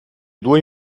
due